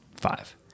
five